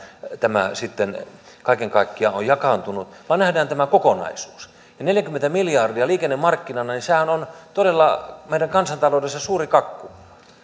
tämä sitten kaiken kaikkiaan on jakaantunut vaan nähdään tämä kokonaisuus neljäkymmentä miljardia liikennemarkkinana sehän on meidän kansantaloudessa todella suuri kakku